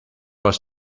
was